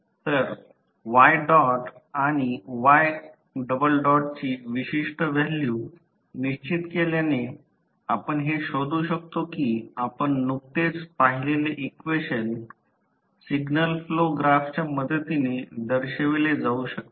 तर y dot आणि y double डॉटची विशिष्ट व्हॅल्यू निश्चित केल्याने आपण हे शोधू शकतो की आपण नुकतेच पाहिलेले इक्वेशन सिग्नल फ्लो ग्राफच्या मदतीने दर्शविले जाऊ शकते